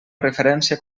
referència